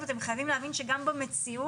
אבל אתם חייבים להבין שגם במציאות